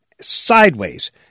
sideways